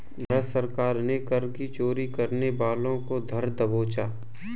भारत सरकार ने कर की चोरी करने वालों को धर दबोचा